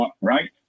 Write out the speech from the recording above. right